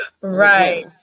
Right